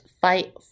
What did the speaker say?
fight